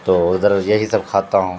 تو ادھر یہی سب کھاتا ہوں